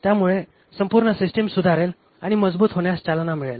त्या मुले संपूर्ण सिस्टीम सुधारेल आणि मजबूत होण्यास चालना मिळेल